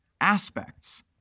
aspects